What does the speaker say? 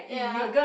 ya